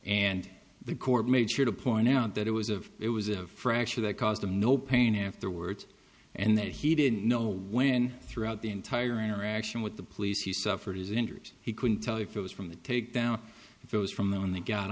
and the court made sure to point out that it was of it was a fracture that caused him no pain afterwards and that he didn't know when throughout the entire interaction with the police he suffered his injuries he couldn't tell if it was from the take down those from the on th